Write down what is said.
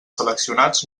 seleccionats